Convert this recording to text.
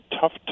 tough